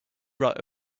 write